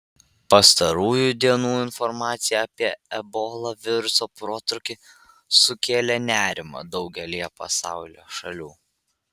pastarųjų dienų informacija apie ebola viruso protrūkį sukėlė nerimą daugelyje pasaulyje šalių